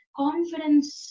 confidence